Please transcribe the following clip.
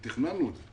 תכננו את זה.